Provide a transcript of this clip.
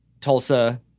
Tulsa